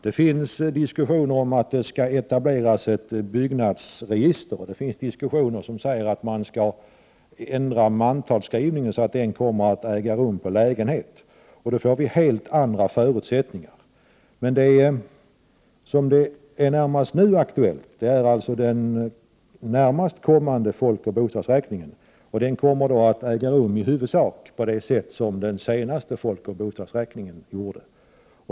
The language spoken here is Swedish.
Det finns diskussioner om att ett byggnadsregister skall etableras. Det finns också diskussioner om att man skall ändra mantalsskrivningen så att den kommer att ske med utgångspunkt i lägenheter. Då får vi helt andra förutsättningar. Det som är aktuellt nu är den närmast kommande folkoch bostadsräkningen, och den kommer att äga rum på i huvudsak samma sätt som den senaste folkoch bostadsräkningen.